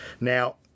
Now